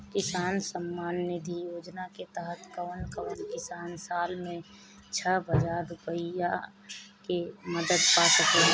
किसान सम्मान निधि योजना के तहत कउन कउन किसान साल में छह हजार रूपया के मदद पा सकेला?